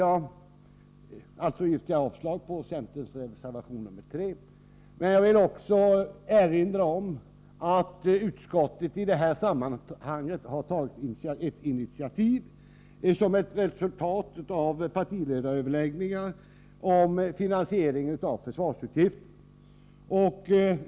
Jag yrkar alltså avslag på centerns reservation 3. Jag vill också erinra om att utskottet i detta sammanhang har tagit ett initiativ, som ett resultat av partiledaröverläggningar, om finansieringen av försvarsutgifterna.